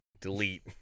Delete